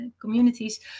communities